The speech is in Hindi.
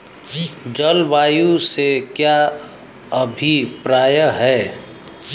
जलवायु से क्या अभिप्राय है?